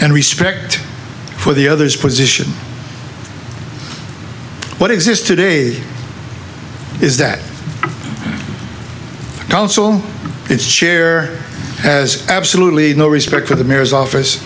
and respect for the other's position what exists today is that council its chair has absolutely no respect for the mayor's office